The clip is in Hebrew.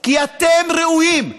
כי אתם ראויים.